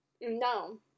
No